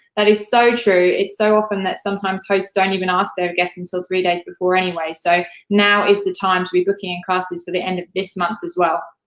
that is so true. it's so often that sometimes hosts don't even ask their guests until three days before anyway, so now is the time to be booking your and classes for the end of this month as well.